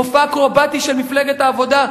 מופע אקרובטי של מפלגת העבודה,